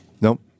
Nope